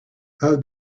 how